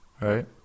Right